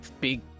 big